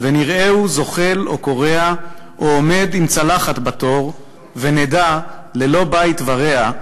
ונראהו זוחל או כורע,/ או עומד עם צלחת בתור,/ ונדע: ללא בית ורע/